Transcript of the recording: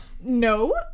No